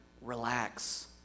Relax